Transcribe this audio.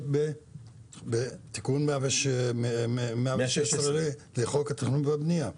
בתיקון מס' 116 לחוק התכנון והבנייה,